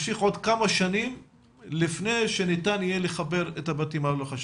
נמשיך עוד כמה שנים לפני שניתן יהיה לחבר את הבתים האלה לחשמל,